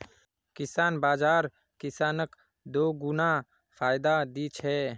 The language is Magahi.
किसान बाज़ार किसानक दोगुना फायदा दी छे